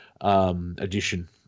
edition